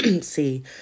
See